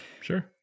sure